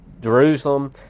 Jerusalem